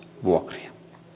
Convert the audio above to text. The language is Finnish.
vuokria